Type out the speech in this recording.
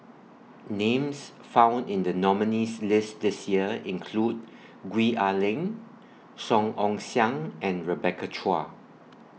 Names found in The nominees' list This Year include Gwee Ah Leng Song Ong Siang and Rebecca Chua